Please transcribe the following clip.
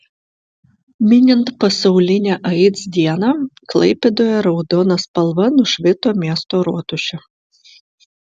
minint pasaulinę aids dieną klaipėdoje raudona spalva nušvito miesto rotušė